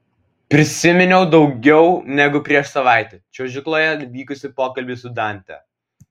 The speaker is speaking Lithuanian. prisiminiau daugiau negu prieš savaitę čiuožykloje vykusį pokalbį su dante